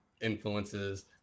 influences